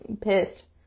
pissed